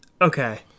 Okay